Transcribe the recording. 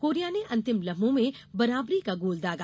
Korea ने अंतिम लम्हों में बराबरी का गोल दागा